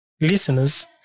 listeners